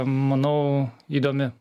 manau įdomi